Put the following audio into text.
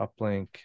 uplink